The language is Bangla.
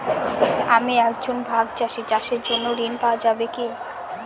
আমি একজন ভাগ চাষি চাষের জন্য ঋণ পাওয়া যাবে কি?